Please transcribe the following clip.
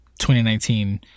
2019